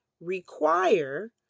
require